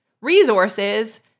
resources